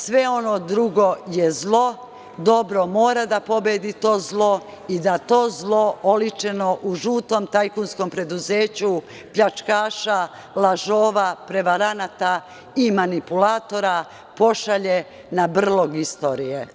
Sve ono drugo je zlo, dobro mora da pobedi to zlo i da to zlo oličeno u žutom tajkunskom preduzeću pljačkaša, lažova, prevaranata i manipulatora pošalje na brlog istorije.